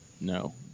No